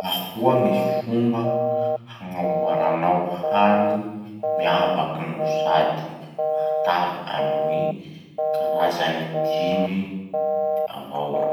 Ahoa gny fomba hagnamboaranao hany miavaky no sady matavy amin'ny karazany dimy avao?